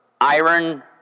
iron